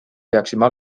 peaksime